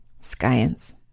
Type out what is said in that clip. science